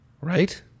right